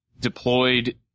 deployed